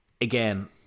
again